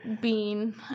bean